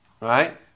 Right